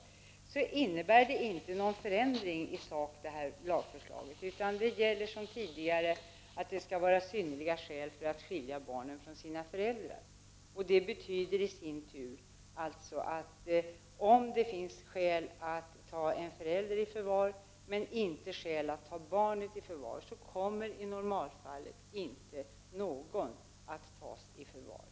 Lagförslaget innebär där inte någon förändring i sak. Då gäller som tidigare att det skall föreligga synnerliga skäl för att skilja barnen från föräldrarna. Det betyder i sin tur att om det finns skäl att ta en förälder i förvar, men inte skäl att ta barnet i förvar, kommer i normalfallet inte någon att tas i förvar.